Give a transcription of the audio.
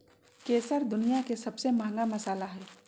केसर दुनिया के सबसे महंगा मसाला हइ